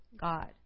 God